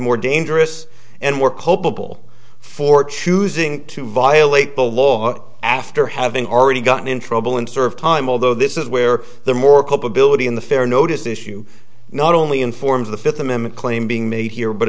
more dangerous and more culpable for choosing to violate the law after having already gotten in trouble and served time although this is where the more culpability in the fair notice issue not only informs the fifth amendment claim being made here but